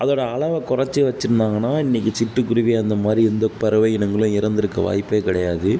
அதோடய அளவை கொறைச்சி வெச்சிருந்தாங்கன்னால் இன்னிக்கு சிட்டுக்குருவி அந்த மாதிரி எந்த பறவை இனங்களும் இறந்திருக்க வாய்ப்பே கிடையாது